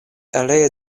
aliaj